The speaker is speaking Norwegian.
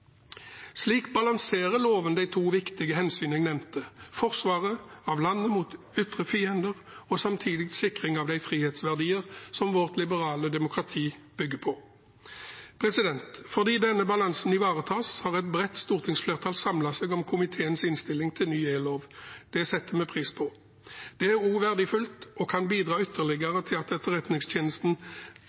Slik balanserer loven de to viktige hensyn jeg nevnte, forsvaret av landet mot ytre fiender og samtidig sikring av de frihetsverdier som vårt liberale demokrati bygger på. Fordi denne balansen ivaretas, har et bredt stortingsflertall samlet seg om komiteens innstilling til ny e-lov. Det setter vi pris på. Det er også verdifullt og kan bidra ytterligere til at Etterretningstjenesten